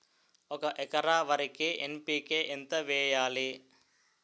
ఒక ఎకర వరికి ఎన్.పి కే ఎంత వేయాలి?